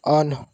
on